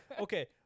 Okay